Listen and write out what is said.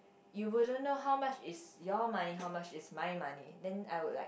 you wouldn't know how much is your money how much is my money then I would like